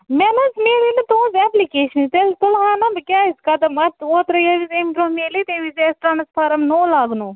مےٚ نہَ حظ میٚلے نہٕ تُہٕنٛز ایپلَکیٚشنٕے تیٚلہِ تُلہٕ ہا نا بہٕ کیٛازِ قدم اتھ اوترٕ ییٚلہِ اَمہِ دۄہ میلے تَمہِ وِزِے اَسہِ ٹرٛانسفارم نوٚو لاگنو